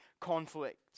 conflict